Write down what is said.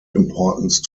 importance